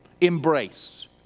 embrace